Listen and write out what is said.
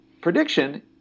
Prediction